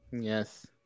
yes